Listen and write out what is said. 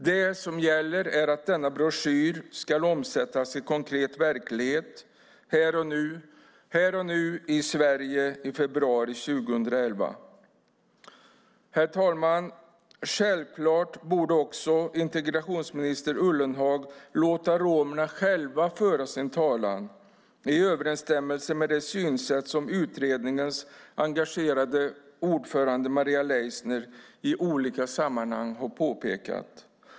Det som gäller är att denna broschyr ska omsättas i konkret verklighet, här och nu i Sverige i februari 2011. Herr talman! Självklart borde också integrationsminister Ullenhag låta romerna själva föra sin talan i överensstämmelse med det synsätt som utredningens engagerade ordförande Maria Leissner i olika sammanhang har företrätt.